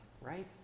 right